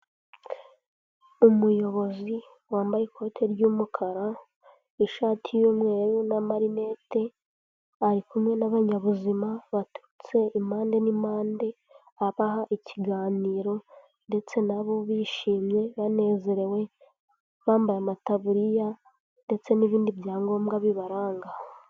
Umuyobozi wambaye ikote ry'umukara n'ishati y'umweru n'amarinete, ari kumwe n'abanyabuzima baturutse impande n'impande, abaha ikiganiro ndetse nabo bishimye banezerewe, bambaye amataburiya ndetse n'ibindi byangombwa bibaranga.